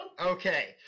Okay